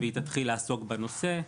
והיא תתחיל לעסוק בנושא.